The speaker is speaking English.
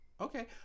okay